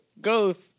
Ghost